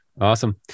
awesome